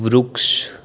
વૃક્ષ